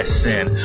sin